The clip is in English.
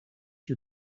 you